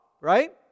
right